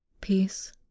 peace